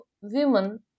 women